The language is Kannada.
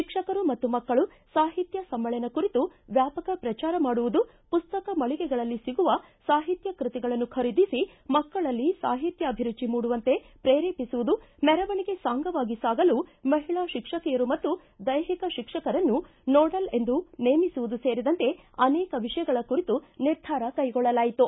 ಶಿಕ್ಷಕರು ಮತ್ತು ಮಕ್ಕಳು ಸಾಹಿತ್ಯ ಸಮ್ಮೇಳನ ಕುರಿತು ವ್ಯಾಪಕ ಪ್ರಜಾರ ಮಾಡುವುದು ಪುಸ್ತಕ ಮಳಿಗೆಗಳಲ್ಲಿ ಸಿಗುವ ಸಾಹಿತ್ವ ಕೃತಿಗಳನ್ನು ಖರೀದಿಸಿ ಮಕ್ಕಳಲ್ಲಿ ಸಾಹಿತ್ವಾಭಿರುಚಿ ಮೂಡುವಂತೆ ಪ್ರೇರೇಪಿಸುವುದು ಮೆರವಣಿಗೆ ಸಾಂಗವಾಗಿ ಸಾಗಲು ಮಹಿಳಾ ಶಿಕ್ಷಕಿಯರು ಮತ್ತು ದೈಹಿಕ ಶಿಕ್ಷಕರನ್ನು ನೋಡಲ್ ಎಂದು ನೇಮಿಸುವುದು ಸೇರಿದಂತೆ ಅನೇಕ ವಿಷಯಗಳ ಕುರಿತು ನಿರ್ಧಾರ ಕೈಗೊಳ್ಳಲಾಯಿತು